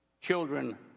children